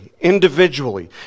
individually